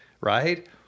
right